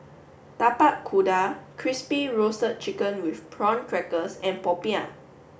Tapak Kuda crispy roasted chicken with prawn crackers and Popiah